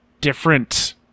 different